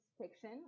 fiction